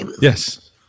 yes